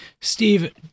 Steve